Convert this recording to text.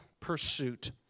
Pursuit